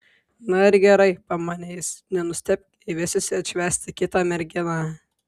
na ir gerai pamanė jis nenustebk jei vesiuosi atšvęsti kitą merginą